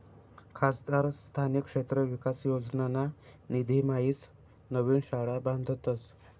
खासदार स्थानिक क्षेत्र विकास योजनाना निधीम्हाईन नवीन शाळा बांधतस